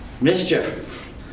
Mischief